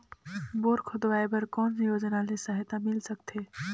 Bore खोदवाय बर कौन योजना ले सहायता मिल सकथे?